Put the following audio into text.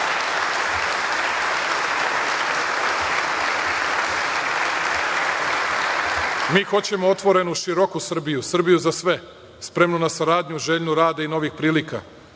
hoćemo otvorenu, široku Srbiju, Srbiju za sve, spremnu na saradnju, željnu rada i novih prilika